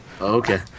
Okay